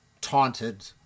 taunted